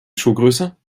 schuhgröße